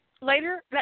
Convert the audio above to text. later